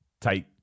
take